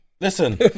Listen